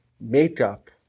makeup